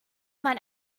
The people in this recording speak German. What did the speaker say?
man